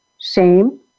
shame